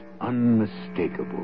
unmistakable